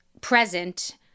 present